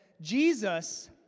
Jesus